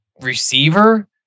receiver